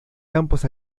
campos